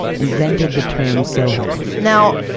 invented the term soho now,